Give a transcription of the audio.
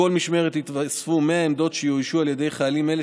בכל משמרת יתווספו 100 עמדות שיאוישו על ידי חיילים אלה,